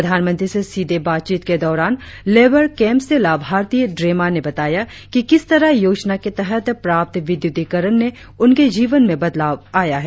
प्रधानमंत्री से सीधे बातचीत के दौरान लेबोर केंप से लाभार्थी ड्रेमा ने बताया कि किस तरह योजना के तहत प्राप्त विद्युतिकरण ने उनके जीवन में बदलाव आया है